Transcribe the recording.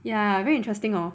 ya very interesting hor